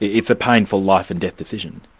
it's a painful life and death decision.